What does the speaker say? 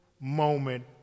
moment